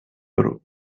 oro